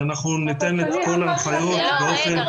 מדינת ישראל פשוט מסירה את ידיה מהזוגות האלה.